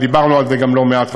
ודיברנו על זה גם לא מעט,